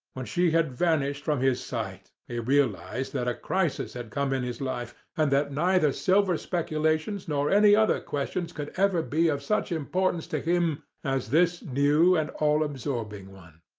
when she had vanished from his sight, he realized that a crisis had come in his life, and that neither silver speculations nor any other questions could ever be of such importance to him as this new and all-absorbing one.